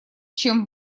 чем